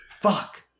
Fuck